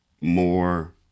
more